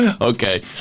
Okay